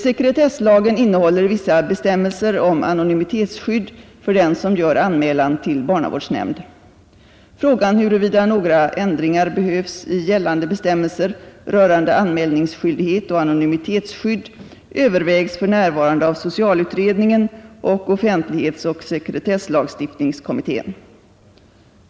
Sekretesslagen innehåller vissa bestämmelser om anonymitetsskydd för den som gör anmälan till barnavårdsnämnd. Frågan huruvida några ändringar behövs i gällande bestämmelser rörande anmälningsskyldighet och anonymitetsskydd övervägs för närvarande av socialutredningen och offentlighetsoch sekretesslagstiftningskommittén.